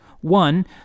One